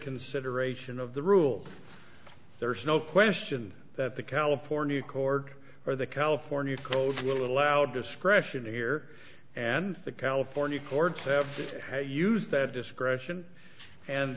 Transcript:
consideration of the rule there's no question that the california court or the california code will allow discretion here and the california courts have used that discretion and